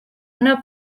una